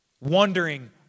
wondering